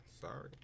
sorry